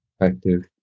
effective